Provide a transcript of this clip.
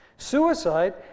Suicide